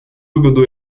выгоду